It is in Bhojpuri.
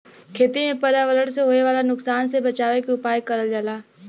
खेती में पर्यावरण से होए वाला नुकसान से बचावे के उपाय करल जाला